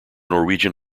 norwegian